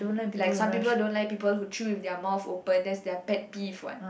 like some people don't like people who chew with their mouth open that's their pet peeve what